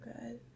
good